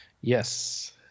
yes